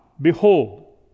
behold